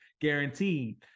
guaranteed